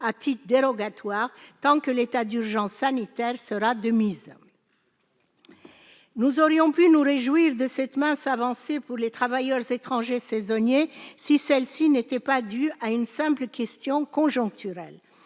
à titre dérogatoire, tant que l'état d'urgence sanitaire sera de mise. Nous aurions pu nous réjouir de cette mince avancée pour les travailleurs étrangers saisonniers, si celle-ci n'était pas due à une simple question conjoncturelle.